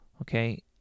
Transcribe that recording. okay